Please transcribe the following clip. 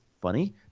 funny